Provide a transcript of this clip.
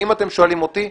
אם אתם שואלים אותי,